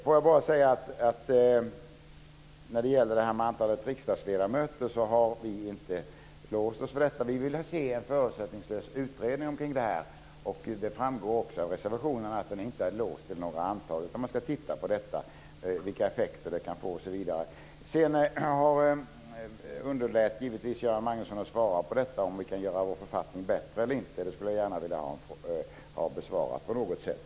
Vi har inte låst oss vid antalet riksdagsledamöter. Vi vill se en förutsättningslös utredning om detta, och det framgår också av reservationen att vi inte har låst oss vid något antal utan menar att man ska titta på detta, vilka effekter det kan få osv. Göran Magnusson underlät givetvis att svara på frågan om vi kan göra vår författning bättre eller inte. Jag skulle gärna vilja ha den besvarad på något sätt.